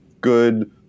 good